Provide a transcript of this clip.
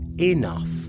enough